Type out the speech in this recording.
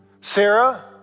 Sarah